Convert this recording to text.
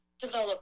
develop